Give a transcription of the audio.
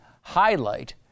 highlight